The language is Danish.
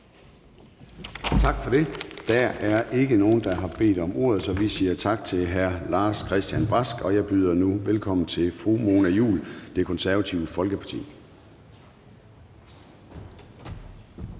Tak for det. Der er ikke nogen, der har bedt om ordet, så vi siger tak til hr. Lars-Christian Brask. Jeg byder nu velkommen til fru Mona Juul, Det Konservative Folkeparti.